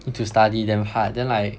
need to study damn hard then like